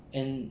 and